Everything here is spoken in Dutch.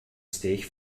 steeg